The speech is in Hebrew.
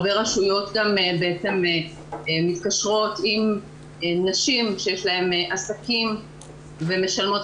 הרבה רשויות גם בעצם מתקשרות עם נשים כשיש להן עסקים ומשלמות,